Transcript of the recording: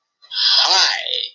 hi